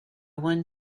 one